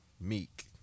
Meek